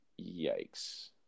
yikes